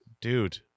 Dude